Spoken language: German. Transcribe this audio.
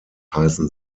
heißen